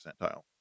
percentile